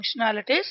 functionalities